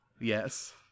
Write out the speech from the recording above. yes